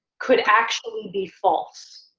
could actually be false.